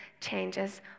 changes